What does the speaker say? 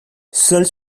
seuls